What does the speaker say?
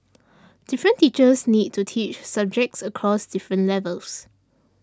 different teachers need to teach subjects across different levels